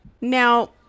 Now